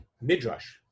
midrash